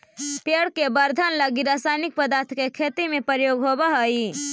पेड़ के वर्धन लगी रसायनिक पदार्थ के खेती में प्रयोग होवऽ हई